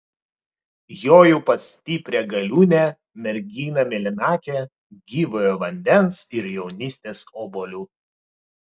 joju pas stiprią galiūnę merginą mėlynakę gyvojo vandens ir jaunystės obuolių